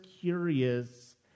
curious